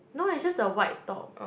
no it's just a white top